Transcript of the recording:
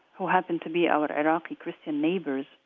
who happened to be our iraqi christian neighbors,